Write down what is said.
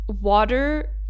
water